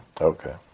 Okay